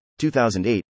2008